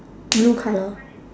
blue colour